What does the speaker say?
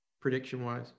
prediction-wise